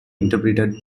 interpreted